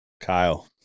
Kyle